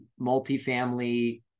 multifamily